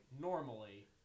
normally